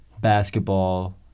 basketball